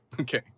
Okay